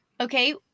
Okay